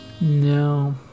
No